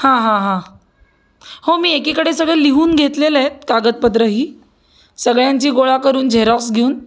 हां हां हां हो मी एकीकडे सगळं लिहून घेतलेलं आहेत कागदपत्रंही सगळ्यांची गोळा करून झेरॉक्स घेऊन